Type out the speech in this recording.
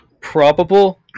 probable